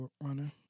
runner